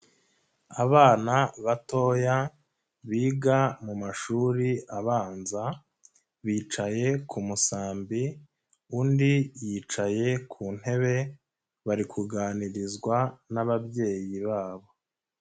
Abana batoya biga mu mu mashuri abanza bicaye ku musambi undi yicaye ku ntebe bari kuganirizwa n'ababyeyi babo.